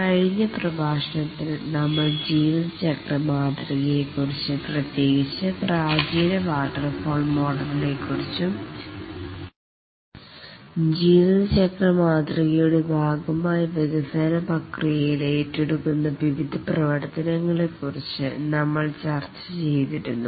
കഴിഞ്ഞ പ്രഭാഷണത്തിൽ നമ്മൾ ജീവിതചക്ര മാതൃകയെ കുറിച്ച് പ്രത്യേകിച്ച് പ്രാചീന വാട്ടർഫാൾ മോഡലിനെ കുറിച്ചും ജീവിതചക്ര മാതൃകയുടെ ഭാഗമായി വികസന പ്രക്രിയയിൽ ഏറ്റെടുക്കുന്ന വിവിധ പ്രവർത്തനങ്ങളെ കുറച്ച് നമ്മൾ ചർച്ച ചെയ്തിരുന്നു